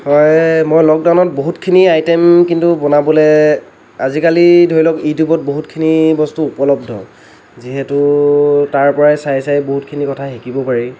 হয় মই লকডাউনত বহুতখিনি আইটেম কিন্তু বনাবলৈ আজিকালি ধৰি লওঁক ইউটিউবত বহুতখিনি বস্তু উপলব্ধ যিহেতু তাৰ পৰাই চাই চাই বহুতখিনি কথা শিকিব পাৰি